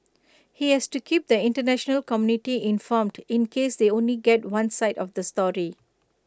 he has to keep the International community informed in case they only get one side of the story